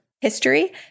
history